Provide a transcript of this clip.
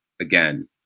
again